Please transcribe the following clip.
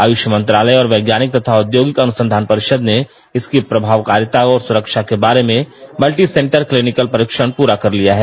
आयुषमंत्रालय और वैज्ञानिक तथा औद्योगिक अनुसंधान परिषद ने इसकी प्रभावकारिता और सुरक्षा के बारे में मल्टी सेंटर क्लीनिकल परीक्षण पूरा कर लिया है